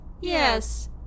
Yes